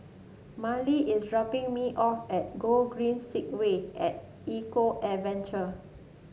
Marely is dropping me off at Gogreen Segway at Eco Adventure